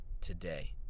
today